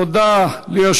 אין נמנעים.